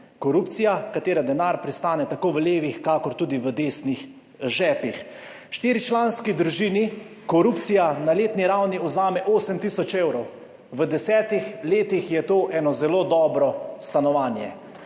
Korupcija, katere denar pristane tako v levih kakor tudi v desnih žepih. Štiričlanski družini korupcija na letni ravni vzame 8 tisoč evrov, v desetih letih je to eno zelo dobro 23.